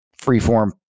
freeform